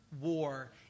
war